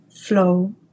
flow